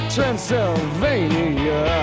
Transylvania